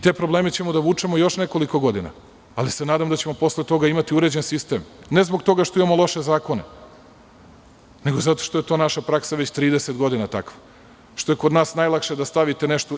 Te probleme ćemo da vučemo još nekoliko godina, ali se nadam da ćemo posle toga imati uređen sistem, ne zbog toga što imamo loše zakone, nego zato što je to naša praksa već trideset godina, što je kod nas najlakše da stavite nešto…